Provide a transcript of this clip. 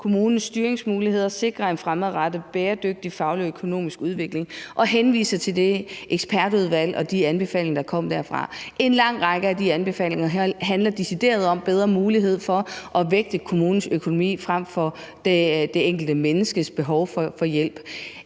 kommuners styringsmuligheder og sikre en fremadrettet bæredygtig faglig og økonomisk udvikling ...« Man henviser samtidig til det ekspertudvalg og de anbefalinger, der kom derfra, og en lang række af de anbefalinger handler decideret om bedre mulighed for at vægte kommunens økonomi frem for det enkelte menneskes behov for hjælp.